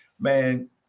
man